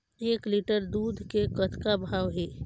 एक लिटर दूध के कतका भाव हे?